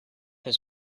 his